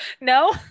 no